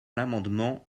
l’amendement